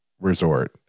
Resort